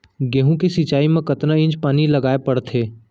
गेहूँ के सिंचाई मा कतना इंच पानी लगाए पड़थे?